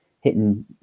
hitting